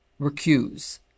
recuse